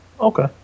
Okay